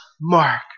mark